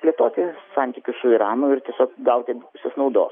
plėtoti santykius su iranu ir tiesiog gauti abipusės naudos